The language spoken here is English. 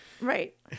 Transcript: Right